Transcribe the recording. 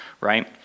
right